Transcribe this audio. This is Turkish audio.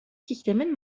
sistemin